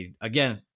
Again